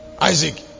Isaac